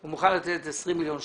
שהוא מוכן לתת 20 מיליון שקלים.